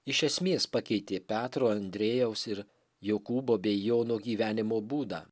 iš esmės pakeitė petro andriejaus ir jokūbo bei jono gyvenimo būdą